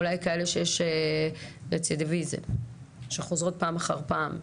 אולי כאלה שיש רצידיביזיה, שחוזרות פעם אחר פעם.